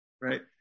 right